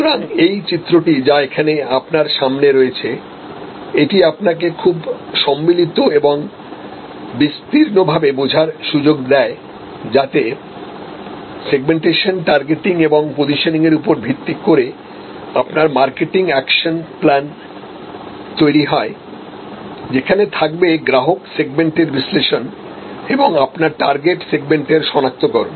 সুতরাং এই চিত্রটি যা এখানে আপনার সামনে রয়েছে এটি আপনাকে খুব সম্মিলিত এবং বিস্তীর্ণ ভাবে বোঝার সুযোগ দেয় যাতে সেগমেন্টেশন টার্গেটিং এবং পজিশনিং এর উপর ভিত্তি করে আপনার মার্কেটিং অ্যাকশন প্ল্যান তৈরি হয় যেখানে থাকবে গ্রাহক সেগমেন্টের বিশ্লেষণ এবং আপনার টার্গেট সেগমেন্টের সনাক্তকরণ